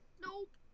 Nope